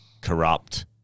corrupt